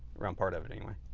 around part of it anyway.